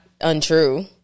untrue